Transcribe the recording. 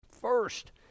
first